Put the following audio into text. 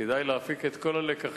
כדאי להפיק את כל הלקחים